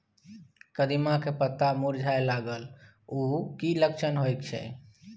कदिम्मा के पत्ता मुरझाय लागल उ कि लक्षण होय छै?